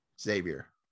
Xavier